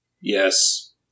yes